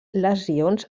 lesions